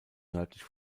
nördlich